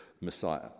Messiah